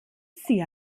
sie